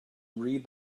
read